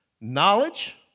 knowledge